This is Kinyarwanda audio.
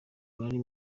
bari